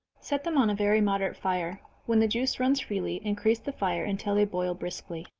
set them on a very moderate fire when the juice runs freely, increase the fire, until they boil briskly.